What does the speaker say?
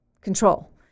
control